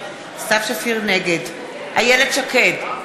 נגד איילת שקד,